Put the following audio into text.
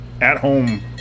at-home